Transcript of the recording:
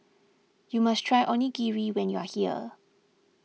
you must try Onigiri when you are here